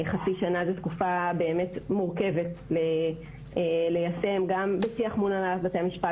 חצי שנה היא באמת תקופה מורכבת ליישם גם בשיח מול הנהלת בתי המשפט,